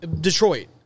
Detroit